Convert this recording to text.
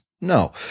No